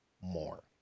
more